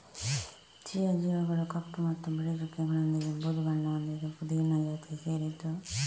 chia ಬೀಜಗಳು ಕಪ್ಪು ಮತ್ತು ಬಿಳಿ ಚುಕ್ಕೆಗಳೊಂದಿಗೆ ಬೂದು ಬಣ್ಣ ಹೊಂದಿದ್ದು ಪುದೀನ ಜಾತಿಗೆ ಸೇರಿದ್ದು